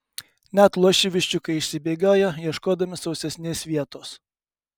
net luošiai viščiukai išsibėgiojo ieškodami sausesnės vietos